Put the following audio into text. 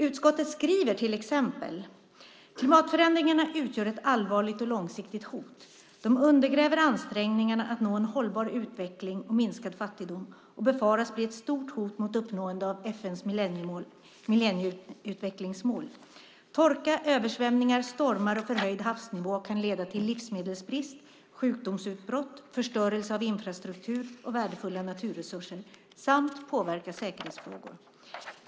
Utskottet skriver till exempel: "Klimatförändringarna utgör ett allvarligt och långsiktigt hot. De undergräver ansträngningarna att nå en hållbar utveckling och minskad fattigdom och befaras bli ett stort hot mot uppnående av FN:s millennieutvecklingsmål. Torka, översvämningar, stormar och förhöjd havsnivå kan leda till livsmedelsbrist, sjukdomsutbrott, förstörelse av infrastruktur och värdefulla naturresurser samt påverka säkerhetsfrågor.